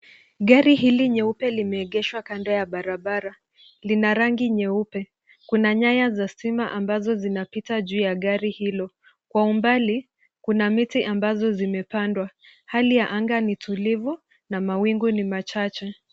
Gari hili nyeupe limeengeshwa kando ya barabara. Lina rangi nyeupe. Kuna nyaya za stima ambazo zinapita juu ya gari hilo. Kwa umbali, kuna miti ambazo zimepandwa. Hali ya anga ni tulivu, na mawingu ni machache.